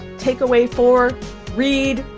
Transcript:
takeaway four read,